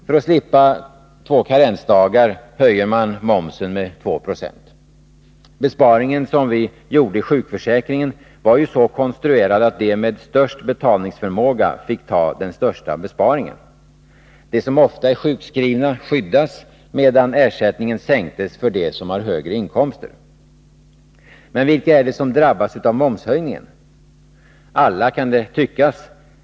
För att slippa två karensdagar höjer man momsen med 2 96. Besparingen som vi gjorde i sjukförsäkringen var ju så konstruerad, att de som har den största betalningsförmågan fick ta den största besparingen. De som ofta är sjukskrivna skyddas, medan ersättningen sänktes för dem som har högre inkomster. Men vilka är det som drabbas av en momshöjning? Alla, kan det tyckas.